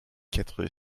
quatre